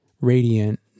radiant